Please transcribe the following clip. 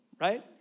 right